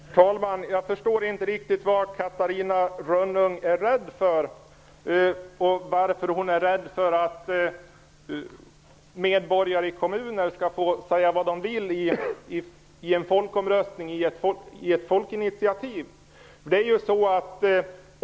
Herr talman! Jag förstår inte riktigt vad Catarina Rönnung är rädd för, eller varför hon är rädd för att medborgare i en kommun skall få säga vad de vill i en folkomröstning efter ett folkinitiativ.